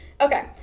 Okay